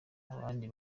abandi